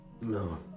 No